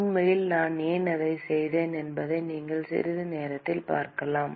உண்மையில் நான் ஏன் அதைச் செய்தேன் என்பதை நீங்கள் சிறிது நேரத்தில் பார்க்கலாம்